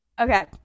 Okay